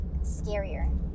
scarier